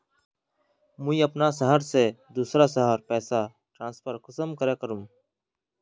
मुई अपना शहर से दूसरा शहर पैसा ट्रांसफर कुंसम करे करूम?